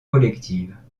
collectives